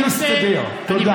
תודה.